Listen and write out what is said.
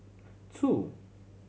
two